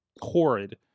horrid